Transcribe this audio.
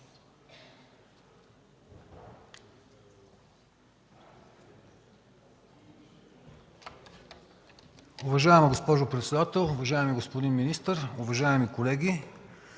Уважаема госпожо председател, уважаеми господин министър, уважаеми колеги!